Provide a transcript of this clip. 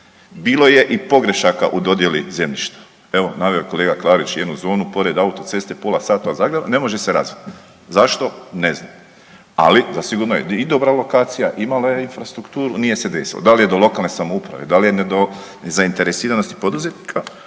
Bilo je i pogrešaka u dodjeli zemljišta, evo, naveo je kolega Klarić jednu zonu pored autoceste pola sata od Zagreba, ne može se razviti. Zašto? Ne zna. Ali, da sigurno je i dobra lokacija, imala je infrastrukturu, nije se desilo. Da li je do lokalne samouprave, da li je do nezainteresiranosti poduzetnika,